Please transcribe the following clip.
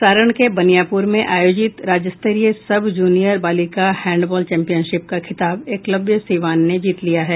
सारण के बनियापूर में आयोजित राज्यस्तरीय सब जूनियर बालिका हैंडबॉल चैम्पियनशिप का खिताब एकलव्य सीवान ने जीता लिया है